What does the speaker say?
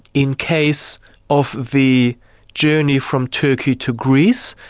in case of the journey from turkey to greece,